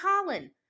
Colin